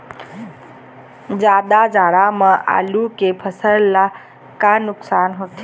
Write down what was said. जादा जाड़ा म आलू के फसल ला का नुकसान होथे?